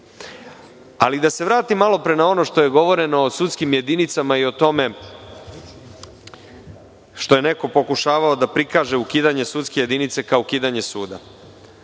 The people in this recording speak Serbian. bolja. Da se vratim malo pre na ono što je govoreno o sudskim jedinicama i o tome što je neko pokušavao da prikaže ukidanje sudske jedinice kao ukidanje suda.